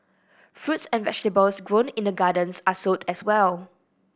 fruits and vegetables grown in the gardens are sold as well